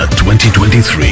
2023